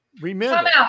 Remember